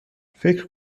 فکر